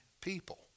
people